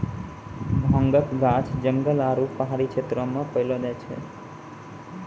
भांगक गाछ जंगल आरू पहाड़ी क्षेत्र मे पैलो जाय छै